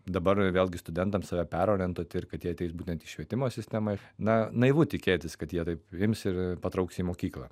dabar vėlgi studentams yra perorientuoti ir kad jie ateis būtent į švietimo sistemą na naivu tikėtis kad jie taip ims ir patrauks į mokyklą